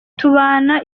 tubana